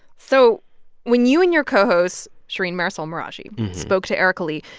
so when you and your co-host, shereen marisol meraji, spoke to erika lee,